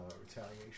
Retaliation